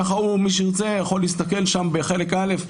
מי שירצה יוכל להסתכל שם בחלק א'